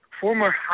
former